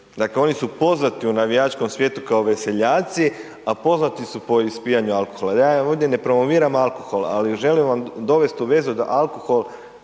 Dakle oni su poznati u navijačkom svijetu kao veseljaci a poznati su po ispijanju alkohola. Ja ovdje ne promoviram alkohol ali želim vam dovest u vezu da alkohol